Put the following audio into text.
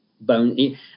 bone